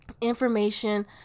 information